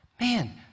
Man